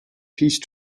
peace